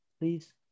please